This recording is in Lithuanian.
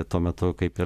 tuo metu kaip ir